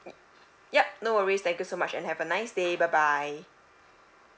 yup no worries thank you so much and have a nice day bye bye